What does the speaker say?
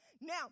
Now